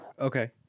Okay